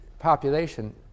population